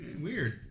Weird